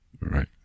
right